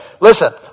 listen